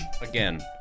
Again